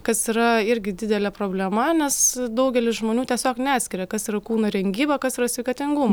kas yra irgi didelė problema nes daugelis žmonių tiesiog neskiria kas yra kūno rengyba kas yra sveikatingum